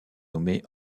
nommé